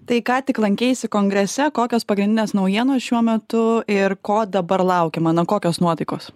tai ką tik lankeisi kongrese kokios pagrindinės naujienos šiuo metu ir ko dabar laukiama na kokios nuotaikos